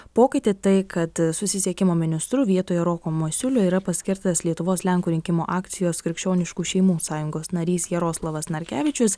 pokytį tai kad susisiekimo ministru vietoje roko masiulio yra paskirtas lietuvos lenkų rinkimų akcijos krikščioniškų šeimų sąjungos narys jaroslavas narkevičius